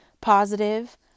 positive